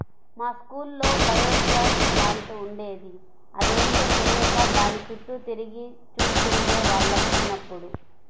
మా స్కూల్లో biogas plant ఉండేది, అదేంటో తెలియక దాని చుట్టూ తిరిగి చూస్తుండే వాళ్ళం చిన్నప్పుడు